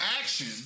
action